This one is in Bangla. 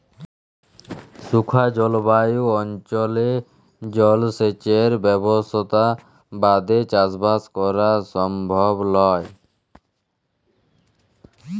শুখা জলভায়ু অনচলে জলসেঁচের ব্যবসথা বাদে চাসবাস করা সমভব লয়